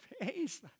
face